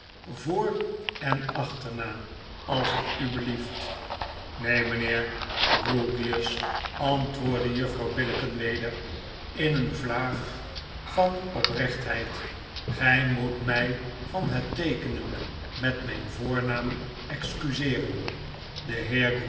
voor en dchternaam als t u belieft neen mynheer grewgious antwoordde juffrouw billicken weder in eene vlaag van oprechtheid gy moet mij van het teekenen met myn voornaam excuseeren